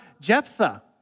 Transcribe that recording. Jephthah